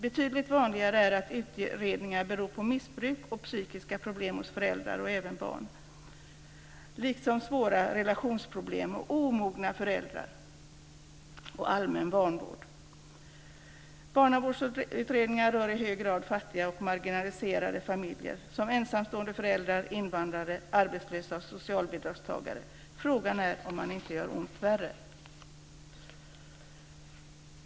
Betydligt vanligare är att utredningar beror på missbruk och psykiska problem hos föräldrar och även barn, liksom svåra relationsproblem, omogna föräldrar och allmän vanvård. Barnavårdsutredningar rör i hög grad fattiga och marginaliserade familjer som ensamstående föräldrar, invandrare, arbetslösa och socialbidragstagare. Frågan är om man inte gör ont värre.